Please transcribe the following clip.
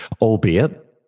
Albeit